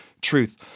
truth